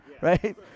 right